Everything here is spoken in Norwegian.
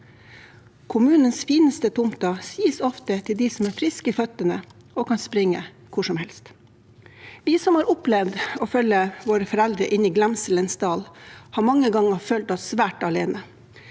Kommunens fineste tomter gis ofte til dem som er friske i føttene og kan springe hvor som helst. De av oss som har opplevd å følge sine foreldre inn i glemselens dal, har mange ganger følt seg svært alene.